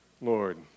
Lord